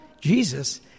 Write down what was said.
Jesus